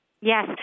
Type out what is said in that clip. Yes